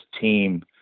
team